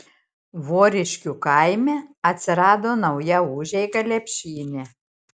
voriškių kaime atsirado nauja užeiga lepšynė